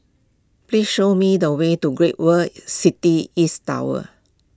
please show me the way to Great World City East Tower